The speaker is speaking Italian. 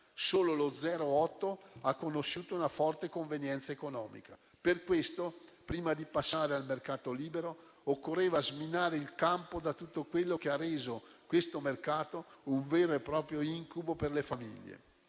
solo lo 0,8 ha conosciuto una forte convenienza economica. Per questa ragione, prima di passare al mercato libero, occorreva sminare il campo da tutto quello che ha reso questo mercato un vero e proprio incubo per le famiglie.